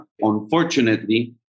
unfortunately